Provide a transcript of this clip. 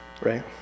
Right